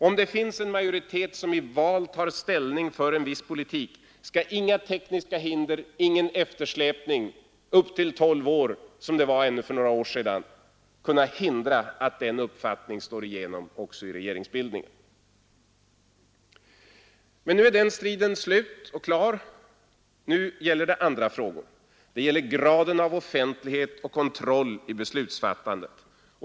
Om det finns en majoritet, som i val tar ställning för en viss politik, skall inga tekniska hinder, ingen eftersläpning upp till 12 år som det var för några år sedan — kunna hindra att den uppfattningen slår igenom också i regeringsbildningen. Nu är den striden slut, nu gäller det andra frågor. Det gäller graden av offentlighet och kontroll i beslutsfattandet.